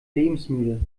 lebensmüde